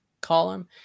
column